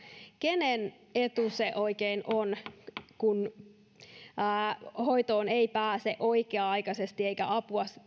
kenen etu se oikein on että hoitoon ei pääse oikea aikaisesti eikä apua